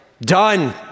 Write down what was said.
done